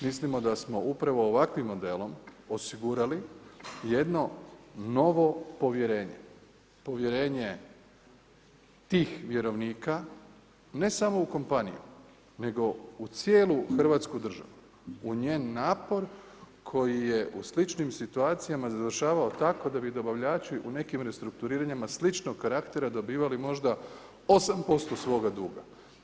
Mislimo da smo upravo ovakvim modelom osigurali jedno novo povjerenje, povjerenje tih vjerovnika, ne samo u kompaniji nego u cijelu Hrvatsku državu, u njen napor koji je u sličnim situacijama završavao tako da bi dobavljači u nekim restrukturiranjima sličnog karaktera dobivali možda 8% svoga duga.